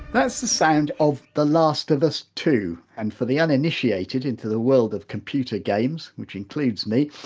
that's the sound of the last of us two and for the uninitiated into the world of computer games, which includes me,